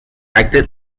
acted